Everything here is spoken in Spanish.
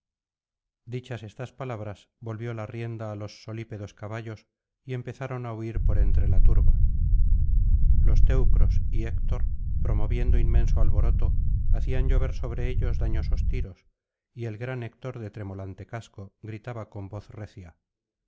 dichas estas palabras volvió la rienda á los solípedos caballos y empezaron á huir por entre la turba los teucros y héctor promoviendo inmenso alboroto hacían llover sobre ellos dañosos tiros y el gran héctor de tremolante casco gritaba con voz recia